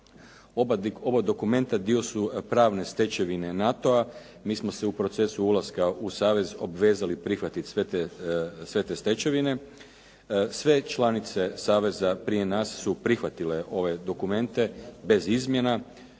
Oba dokumenta dio su pravne stečevine NATO-a. Mi smo se u procesu ulaska u Savez obvezali prihvatiti sve te stečevine. Sve članice saveza prije nas su prihvatile ove dokumente bez izmjena.